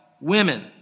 women